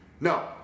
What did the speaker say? No